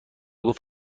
گفت